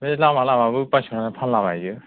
बे लामा लामाबो बायस'नानै फानलाबायो